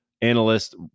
analyst